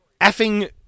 effing